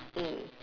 mm